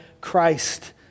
Christ